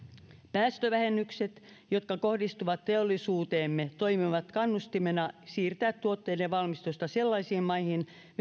päästövähennykset jotka kohdistuvat teollisuuteemme toimivat kannustimena siirtää tuotteiden valmistusta sellaisiin maihin